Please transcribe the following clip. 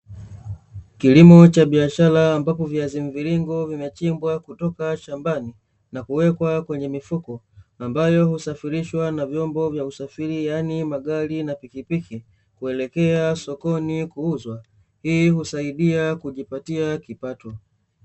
Kilimo cha biashara ambapo viazi mviringo vinachimbwa kutoka shambani, na kuwekwa kwenye mifuko. Ambayo husafirishwa na vyombo wa usafiri, yaani magari na pikpiki, kuelekea sokoni kuuzwa, Hii husaidia kujiptia kipato.